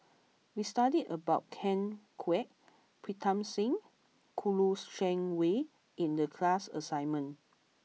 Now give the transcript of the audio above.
we studied about Ken Kwek Pritam Singh Kouo Shang Wei in the class assignment